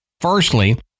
Firstly